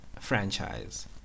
Franchise